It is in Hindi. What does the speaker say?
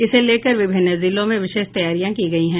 इसे लेकर विभिन्न जिलों में विशेष तैयारियां की गयी है